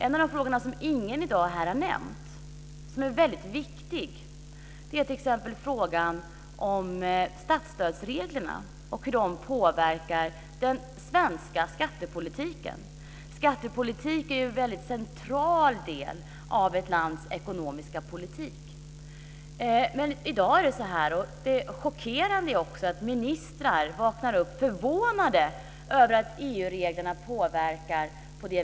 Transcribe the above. En fråga som ingen har nämnt i dag men som är väldigt viktig är hur statsbidragsreglerna påverkar den svenska skattepolitiken. Skattepolitik är en väldigt central del av ett lands ekonomiska politik. Något som är chockerande är att ministrar i dag vaknar upp med förvåning över det sätt som EU-reglerna inverkar.